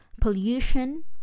pollution